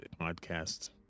podcast